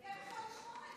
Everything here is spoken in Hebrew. אי-אפשר לשמוע את זה.